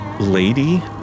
lady